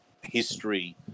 history